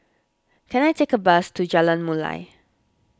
can I take a bus to Jalan Mulia